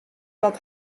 dat